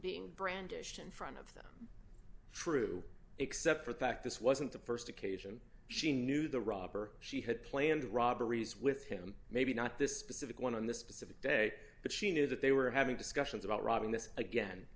being brandished in front of them true except for the fact this wasn't the st occasion she knew the robber she had planned robberies with him maybe not this specific one on the specific day but she knew that they were having discussions about robbing this again